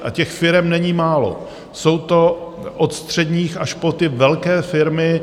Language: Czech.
A těch firem není málo, jsou to od středních až po velké firmy.